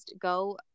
go